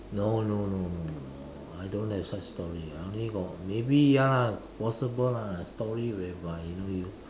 no no no no no I don't have such story I only got maybe ya lah possible lah story whereby you know you